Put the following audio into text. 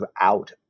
out